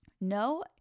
No